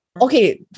Okay